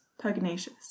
pugnacious